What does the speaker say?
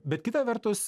bet kita vertus